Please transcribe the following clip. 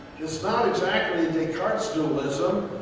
it's not exactly descartes' dualism,